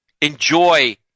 enjoy